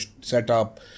setup